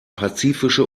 pazifische